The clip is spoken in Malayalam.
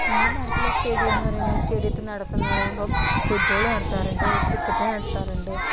എൻ്റെ നാട്ടിലെ സ്റ്റേഡിയം എന്ന് പറയുമ്പോൾ സ്റ്റേഡിയത്ത് നടത്തുന്നത് പറയുമ്പോൾ ഫുട്ബോൾ നടത്താറുണ്ട് ക്രിക്കറ്റ് നടത്താറുണ്ട്